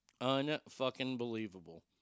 Un-fucking-believable